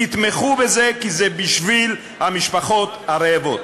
תתמכו בזה, כי זה בשביל המשפחות הרעבות.